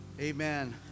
Amen